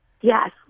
Yes